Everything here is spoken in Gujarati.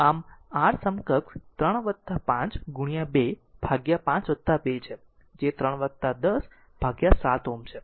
આમ R સમકક્ષ 3 5 2 ભાગ્યા 5 2 હશે જે 3 10 ભાગ્યા 7 Ω છે